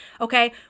okay